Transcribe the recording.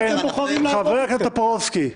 חבר הכנסת טופורובסקי,